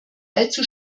allzu